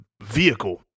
vehicle